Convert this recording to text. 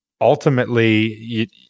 ultimately –